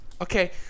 Okay